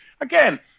again